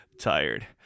tired